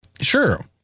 Sure